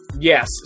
Yes